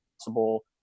possible